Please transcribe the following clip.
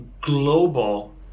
global